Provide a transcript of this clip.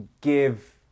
give